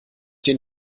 den